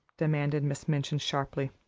demanded miss minchin sharply.